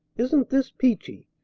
isn't this peachy?